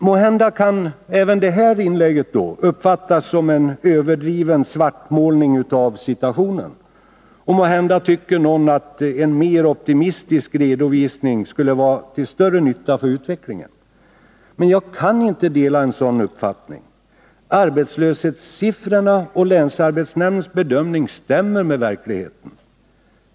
Måhända kan även det här inlägget uppfattas som en överdriven svartmålning av situationen, och måhända tycker någon att en mer optimistisk redovisning skulle vara till större nytta för utvecklingen. Men jag kan inte dela en sådan uppfattning. Arbetslöshetssiffrorna och länsarbetsnämndens bedömning stämmer med verkligheten.